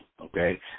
Okay